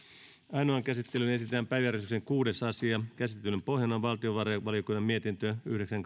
ainoaan käsittelyyn esitellään päiväjärjestyksen kuudes asia käsittelyn pohjana on valtiovarainvaliokunnan mietintö yhdeksän